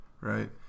right